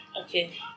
Okay